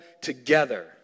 together